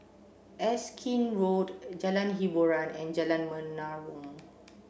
Erskine Road Jalan Hiboran and Jalan Menarong